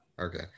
Okay